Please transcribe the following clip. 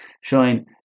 showing